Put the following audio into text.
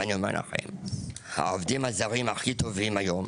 ואני אומר לכם שהעובדים הזרים הטובים ביותר היום